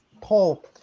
Paul